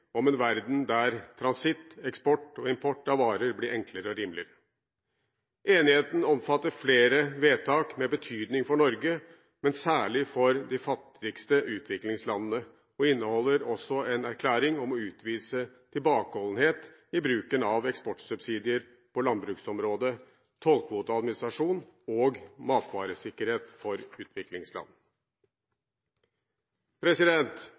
om en verden der transitt, eksport og import av varer blir enklere og rimeligere. Enigheten omfatter flere vedtak med betydning for Norge, men særlig for de fattigste utviklingslandene, og inneholder også en erklæring om å utvise tilbakeholdenhet i bruken av eksportsubsidier på landbruksområdet, tollkvoteadministrasjon og matvaresikkerhet for